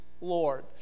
Lord